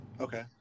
Okay